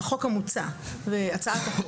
החוק המוצע, הצעת החוק.